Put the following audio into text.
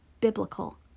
biblical